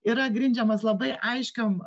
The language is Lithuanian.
yra grindžiamas labai aiškiom a